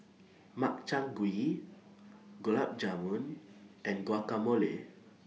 Makchang Gui Gulab Jamun and Guacamole